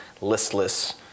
listless